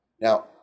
Now